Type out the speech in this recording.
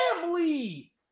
family